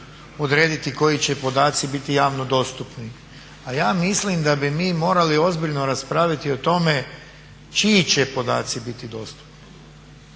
odrediti koji će podaci biti javno dostupni, a ja mislim da bi morali ozbiljno raspraviti o tome čiji će podaci biti dostupni